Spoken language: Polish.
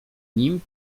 nim